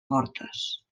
fortes